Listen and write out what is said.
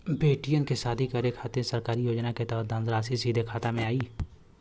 बेटियन के शादी करे के खातिर सरकारी योजना के तहत धनराशि सीधे खाता मे आई?